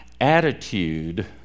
attitude